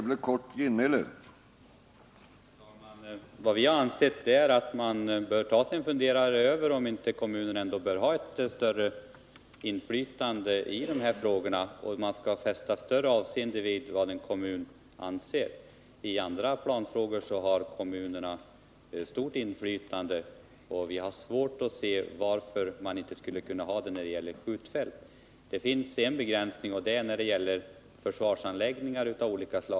Herr talman! Vi har ansett att man bör ta sig en funderare på om inte kommunen bör ha ett större inflytande i dessa frågor, om man inte bör fästa större avseende vid vad en kommun anser. I andra planfrågor har kommunerna stort inflytande, och vi har svårt att se varför de inte skulle kunna ha det också när det gäller skjutfält. Det finns en begränsning, och det är när det gäller försvarsanläggningar av olika slag.